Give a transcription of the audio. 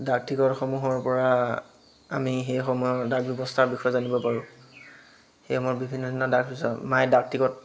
ডাকটিকটসমূহৰপৰা আমি সেইসময়ৰ ডাক ব্যৱস্থাৰ বিষয়ে জানিব পাৰোঁ সেইসময়ত বিভিন্ন বিভিন্ন ডাক সূচায় মাই ডাকটিকত